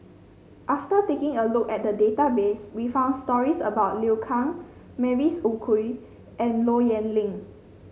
after taking a look at the database we found stories about Liu Kang Mavis Khoo Oei and Low Yen Ling